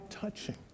touching